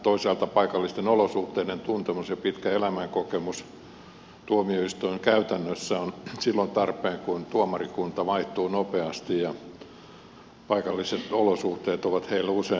toisaalta paikallisten olosuhteiden tuntemus ja pitkä elämänkokemus tuomioistuinkäytännössä ovat silloin tarpeen kun tuomarikunta vaihtuu nopeasti ja paikalliset olosuhteet ovat heille usein vieraita